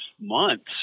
months